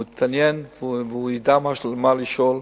הוא התעניין והוא ידע מה לשאול.